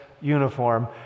uniform